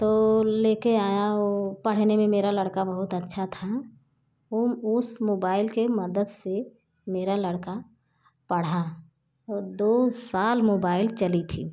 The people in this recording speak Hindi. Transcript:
तो लेकर आया वह पढ़ने में मेरा लड़का बहुत अच्छा था वह उस मोबाइल की मदद से मेरा लड़का पढ़ा और दो साल मोबाइल चली थी